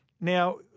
Now